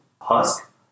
Husk